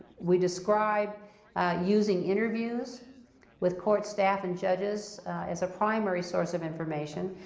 we describe using interviews with court staff and judges as a primary source of information,